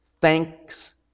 thanks